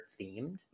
themed